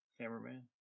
Cameraman